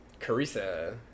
Carissa